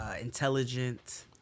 intelligent